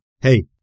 hey